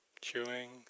chewing